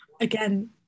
again